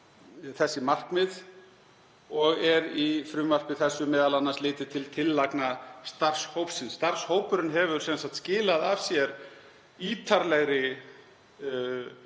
þessi markmið og er í frumvarpi þessu m.a. litið til tillagna starfshópsins. Starfshópurinn hefur sem sagt skilað af sér ítarlegri